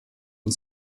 und